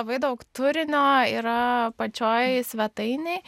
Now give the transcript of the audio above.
labai daug turinio yra pačioj svetainėj